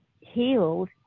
healed